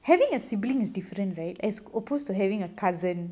having a sibling is different right as opposed to having a cousin